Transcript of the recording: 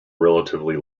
relatively